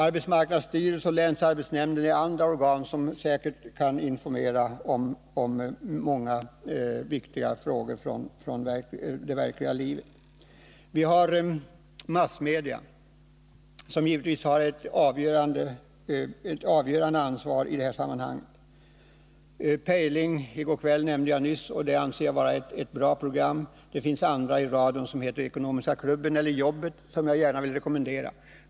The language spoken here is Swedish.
Arbetsmarknadsstyrelsen och länsarbets 15 oktober 1980 nämnden är andra organ som säkert kan informera om många viktiga frågor från den praktiska verksamheten. Allmänpolitisk Vi har massmedia, som givetvis har ett avgörande ansvar i det här — debatt sammanhanget. Pejling i går kväll nämnde jag nyss, och det anser jag vara ett bra program. Det finns andra, t.ex. Ekonomiska klubben och Jobbet i riksradion, som jag gärna vill rekommendera.